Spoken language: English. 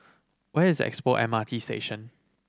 where is Expo M R T Station